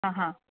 અહં